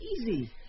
Easy